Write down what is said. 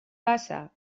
passa